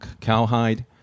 cowhide